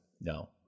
No